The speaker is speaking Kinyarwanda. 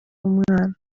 umwana